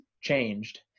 changed